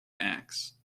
axe